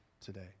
today